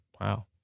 Wow